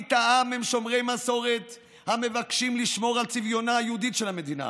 מרבית העם היא שומרי מסורת המבקשים לשמור על צביונה היהודי של המדינה.